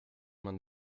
man